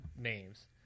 names